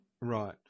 Right